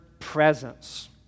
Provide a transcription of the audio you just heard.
presence